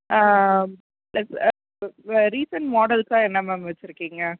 ஆ plus recent மாடல்ஸாக என்ன ma'am வைச்சிருக்கீங்க